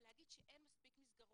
להגיד שאין מספיק מסגרות,